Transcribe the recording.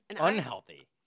Unhealthy